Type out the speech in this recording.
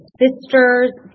sister's